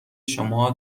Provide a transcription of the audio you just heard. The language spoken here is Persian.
شما